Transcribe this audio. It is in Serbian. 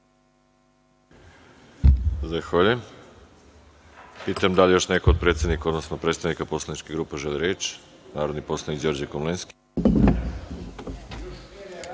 Hvala.